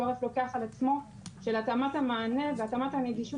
העורף לוקח על עצמו של התאמת המענה והתאמת הנגישות